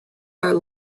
are